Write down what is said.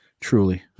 Truly